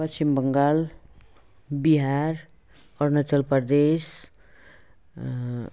Paschim Bangal Bihar Arunachal Pradesh